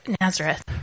Nazareth